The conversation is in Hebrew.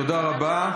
תודה רבה.